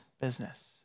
business